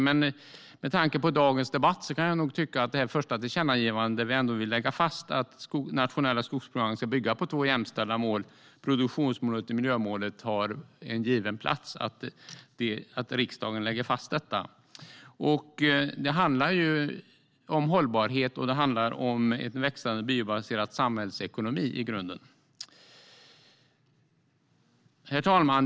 Men med tanke på dagens debatt kan jag nog tycka att riksdagen ska lägga fast det som står i det första tillkännagivandet, att de nationella skogsbolagen ska bygga på två jämställda mål, produktionsmålet och miljömålet, och att de har en given plats. Det handlar i grunden om hållbarhet och om en växande biobaserad samhällsekonomi. Herr talman!